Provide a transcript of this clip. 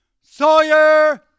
Sawyer